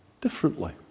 differently